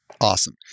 Awesome